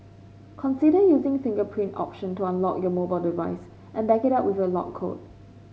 consider using fingerprint option to unlock your mobile device and back it up with a lock code